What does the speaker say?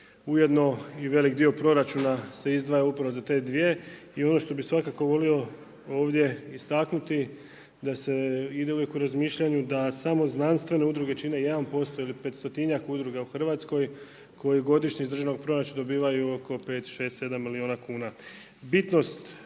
Ujedno i veliki dio proračuna se izdvaja upravo za te dvije. I ono što bih svakako volio ovdje istaknuti da se ide uvijek u razmišljanju da samo znanstvene udruge čine 1% ili 500-tinja udruga u Hrvatskoj koje godišnje iz državnog proračuna dobivaju oko 5, 6, 7 milijuna kuna.